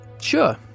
sure